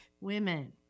women